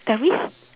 there is